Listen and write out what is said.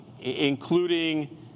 including